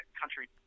country